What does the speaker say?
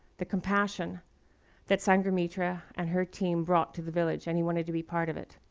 the compassion that sanghamitra and her team brought to the village, and he wanted to be part of it.